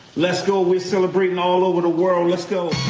let's go. we're celebratin' all over the world. let's go.